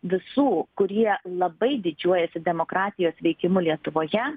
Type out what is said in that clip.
visų kurie labai didžiuojasi demokratijos veikimu lietuvoje